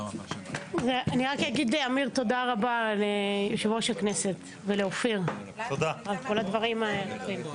אמיר יושב-ראש הכנסת ואופיר, תודה רבה על הדברים.